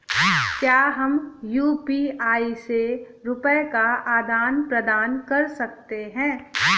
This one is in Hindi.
क्या हम यू.पी.आई से रुपये का आदान प्रदान कर सकते हैं?